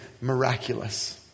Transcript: miraculous